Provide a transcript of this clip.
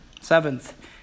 Seventh